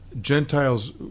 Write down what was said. Gentiles